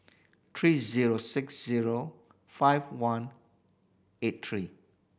three zero six zero five one eight three